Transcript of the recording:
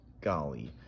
Golly